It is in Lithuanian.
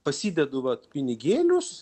pasidedu vat pinigėlius